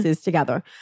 together